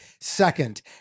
second